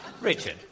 Richard